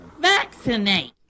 vaccinate